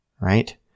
right